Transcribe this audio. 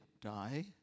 die